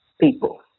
people